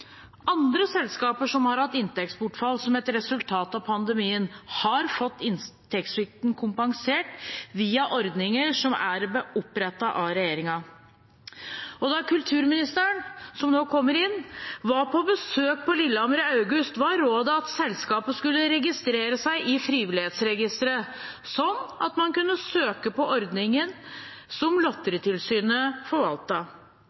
Andre selskaper som har hatt inntektsbortfall som et resultat av pandemien, har fått inntektssvikten kompensert via ordninger som er opprettet av regjeringen. Da kulturministeren, som nå kommer inn, var på besøk på Lillehammer i august, var rådet at selskapet skulle registrere seg i Frivillighetsregisteret, sånn at man kunne søke på ordningen som